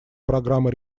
программы